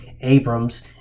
Abrams